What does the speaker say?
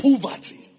poverty